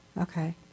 Okay